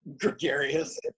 gregarious